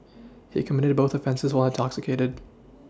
he committed both offences while intoxicated